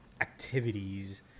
activities